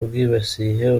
bwibasiye